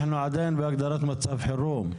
אנחנו עדיין בהגדרת מצב חירום.